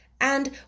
And